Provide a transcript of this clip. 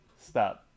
stop